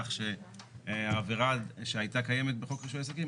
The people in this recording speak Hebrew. כך שהעבירה שהייתה קיימת בחוק רישוי עסקים,